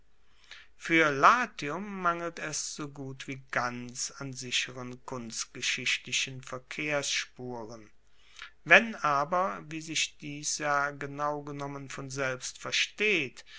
fuer latium mangelt es so gut wie ganz an sicheren kunstgeschichtlichen verkehrsspuren wenn aber wie sich dies ja genau genommen von selbst versteht